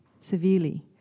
severely